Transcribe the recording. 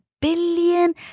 billion